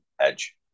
edge